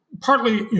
Partly